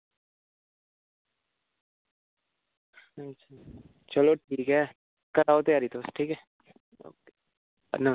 चलो ठीक ऐ कराओ त्यारी तुस ठीक ऐ